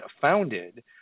founded